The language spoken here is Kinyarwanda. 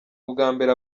ubwambere